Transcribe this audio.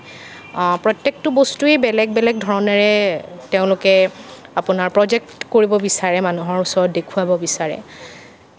প্ৰত্যেকটো বস্তুৱেই বেলেগ বেলেগ ধৰণেৰে তেওঁলোকে আপোনাৰ প্ৰজেক্ট কৰিব বিচাৰে মানুহৰ ওচৰত দেখুৱাব বিচাৰে